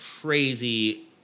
crazy